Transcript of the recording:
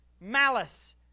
Malice